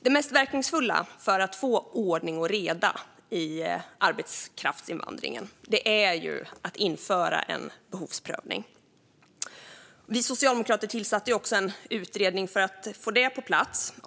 Det mest verkningsfulla för att få ordning och reda i arbetskraftsinvandringen är att införa en behovsprövning. Vi socialdemokrater tillsatte också en utredning för att få det på plats.